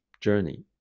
journey